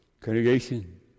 Congregation